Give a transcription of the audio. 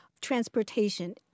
transportation